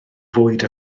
fwyd